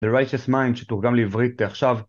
The Righteous Mind, שתורגם לעברית א-עכשיו.